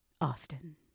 Austin